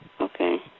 Okay